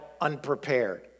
unprepared